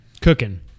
cooking